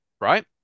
Right